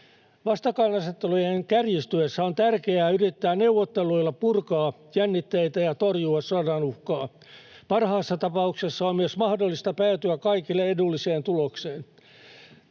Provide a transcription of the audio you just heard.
Vastakkainasettelujen kärjistyessä on tärkeää yrittää neuvotteluilla purkaa jännitteitä ja torjua sodan uhkaa. Parhaassa tapauksessa on myös mahdollista päätyä kaikille edulliseen tulokseen.